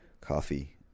coffee